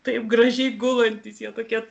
taip gražiai gulantys jie tokie